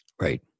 right